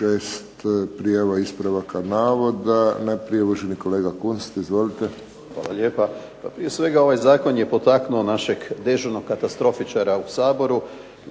6 prijava ispravaka navoda. Najprije uvaženi kolega Kunst. Izvolite. **Kunst, Boris (HDZ)** Hvala lijepa. Prije svega ovaj Zakon je potaknuo našeg dežurnog katastrofičara u Saboru